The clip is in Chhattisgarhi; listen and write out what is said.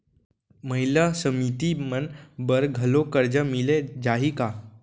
महिला समिति मन बर घलो करजा मिले जाही का?